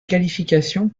qualifications